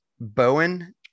Bowen